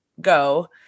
go